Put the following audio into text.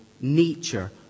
nature